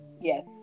Yes